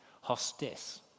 Hostis